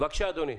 בבקשה אדוני.